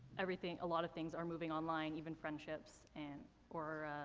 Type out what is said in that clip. everything, a lot of things are moving online even friendships an or,